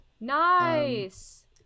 Nice